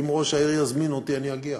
אם ראש העיר יזמין אותי, אני אגיע.